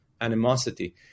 animosity